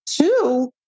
two